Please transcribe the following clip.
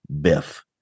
Biff